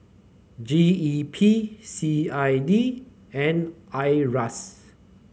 G E P C I D and Iras